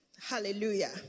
hallelujah